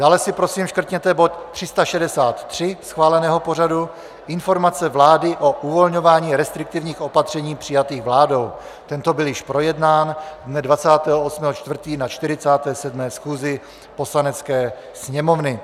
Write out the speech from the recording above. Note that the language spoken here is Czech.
Dále si prosím škrtněte bod 363 schváleného pořadu, Informace vlády o uvolňování restriktivních opatření přijatých vládou tento byl již projednán dne 28. 4. na 47. schůzi Poslanecké sněmovny.